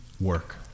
work